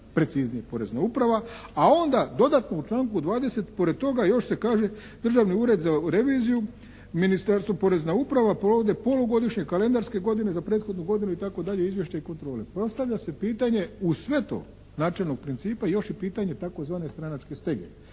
preciznije Porezna uprava, a onda dodatno u članku 20. pored toga još se kaže Državni ured za reviziju, Ministarstvo, Porezna uprava, provode polugodišnje kalendarske godine za prethodnu godinu itd. izvješće i kontrole. Postavlja se pitanje uz sve to načelnog principa još i pitanje tzv. stranačke stege.